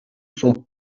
sont